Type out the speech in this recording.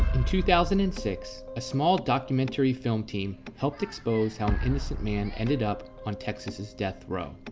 in two thousand and six, a small documentary film team helped expose how an innocent man ended up on texas's death row.